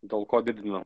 dėl ko didina